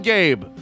Gabe